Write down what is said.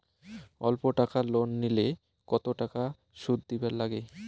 অল্প টাকা লোন নিলে কতো টাকা শুধ দিবার লাগে?